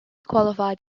qualified